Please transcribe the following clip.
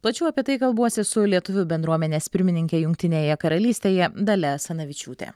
plačiau apie tai kalbuosi su lietuvių bendruomenės pirmininke jungtinėje karalystėje dalia asanavičiūte